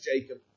Jacob